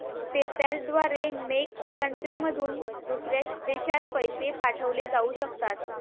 PayPal द्वारे मेक कंट्रीमधून दुसऱ्या देशात पैसे पाठवले जाऊ शकतात